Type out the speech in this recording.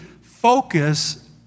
focus